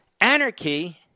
anarchy